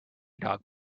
dog